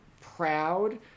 proud